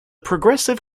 progressive